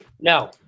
No